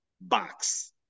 box